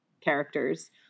characters